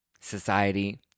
society